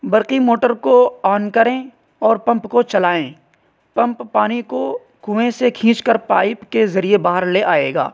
برقی موٹر کو آن کریں اور پمپ کو چلائیں پمپ پانی کو کنویں سے کھینچ کر پائپ کے ذریعے باہر لے آئے گا